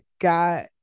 got